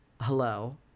Hello